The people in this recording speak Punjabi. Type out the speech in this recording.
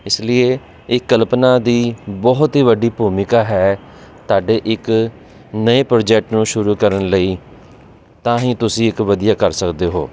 ਇਸ ਲਈ ਇਹ ਕਲਪਨਾ ਦੀ ਬਹੁਤ ਹੀ ਵੱਡੀ ਭੂਮਿਕਾ ਹੈ ਤੁਹਾਡੇ ਇੱਕ ਨਵੇਂ ਪ੍ਰੋਜੈਕਟ ਨੂੰ ਸ਼ੁਰੂ ਕਰਨ ਲਈ ਤਾਂ ਹੀ ਤੁਸੀਂ ਇੱਕ ਵਧੀਆ ਕਰ ਸਕਦੇ ਹੋ